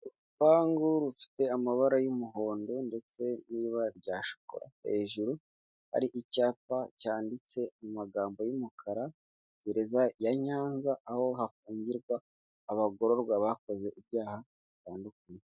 Urupangu rufite amabara y'umuhondo, ndetse n'ibara rya shokora. Hejuru ari icyapa cyanditse mu magambo y'umukara, gereza ya Nyanza, aho hafungirwa abagororwa bakoze ibyaha bitandukanye.